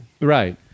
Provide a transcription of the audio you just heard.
right